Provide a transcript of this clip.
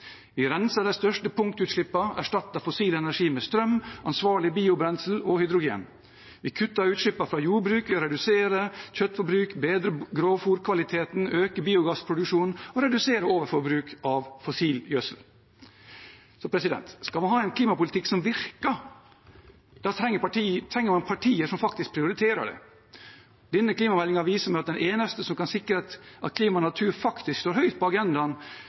Vi renser de største punktutslippene og erstatter fossil energi med strøm, ansvarlig biobrensel og hydrogen. Vi kutter utslippene fra jordbruk, reduserer kjøttforbruk, bedrer grovfôrkvaliteten, øker biogassproduksjonen og reduserer overforbruk av fossil gjødsel. Skal man ha en klimapolitikk som virker, trenger man partier som faktisk prioriterer det. Denne klimameldingen viser meg at det eneste som kan sikre at klima og natur faktisk står høyt på agendaen